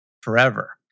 forever